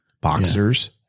Boxers